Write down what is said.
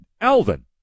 Alvin